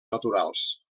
naturals